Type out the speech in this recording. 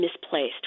misplaced